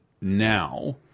now